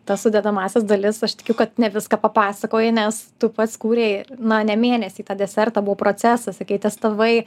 tas sudedamąsias dalis aš tikiu kad ne viską papasakojai nes tu pats kūrei na ne mėnesį tą desertą buvo procesas sakei testavai